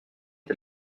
est